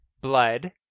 Blood